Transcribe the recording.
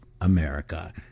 America